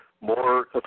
more